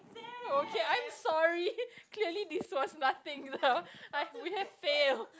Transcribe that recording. okay I'm sorry clearly this was nothing lah I we have failed